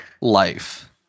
life